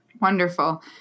Wonderful